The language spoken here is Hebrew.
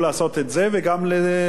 בוא נגיד את זה,